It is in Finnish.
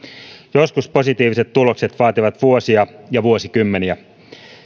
joskus positiiviset tulokset vaativat vuosia ja vuosikymmeniä